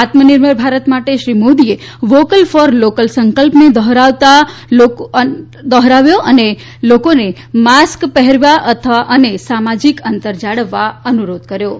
આત્મનિર્ભર ભારત માટે શ્રી મોદીએ વોકલ ફોર લોકલ સંકલ્પને દોહરાવતા શ્રી મોદીએ લોકોને માસ્ક પહેરતા સામાજિક અંતર જાળવવા અનુરોધ કર્યો હતો